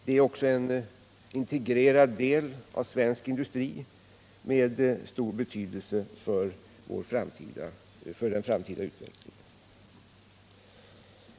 Det är också en integrerad del av svensk industri med stor betydelse för den framtida utvecklingen.